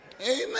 Amen